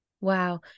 Wow